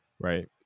right